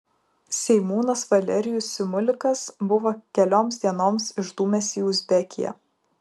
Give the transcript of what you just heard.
seimūnas valerijus simulikas buvo kelioms dienoms išdūmęs į uzbekiją